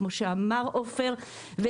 וכמו שאמר עופר,